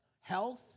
health